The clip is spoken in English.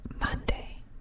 Monday